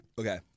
Okay